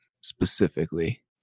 specifically